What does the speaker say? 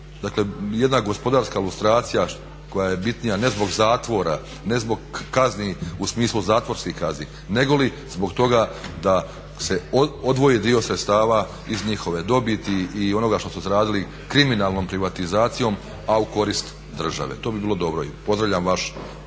Dakle, jedna gospodarska lustracija koja je bitnija ne zbog zatvora, ne zbog kazni u smislu zatvorskih kazni, negoli zbog toga da se odvoji dio sredstava iz njihove dobiti i onoga što su zaradili kriminalnom privatizacijom, a u korist države. To bi bilo dobro i pozdravljam tu